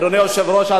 אדוני היושב-ראש,